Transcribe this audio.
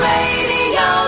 Radio